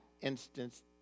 instance